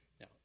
Now